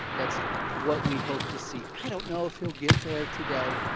that's what we hope to see. i don't know if he'll get there today,